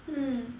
mm